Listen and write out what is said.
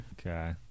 okay